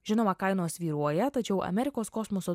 žinoma kainos svyruoja tačiau amerikos kosmoso